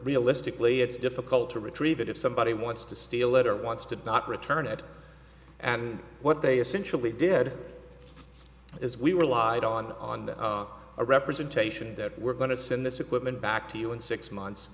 realistically it's difficult to retrieve it if somebody wants to steal it or wants to not return it and what they essentially did as we relied on on a representation that we're going to send this equipment back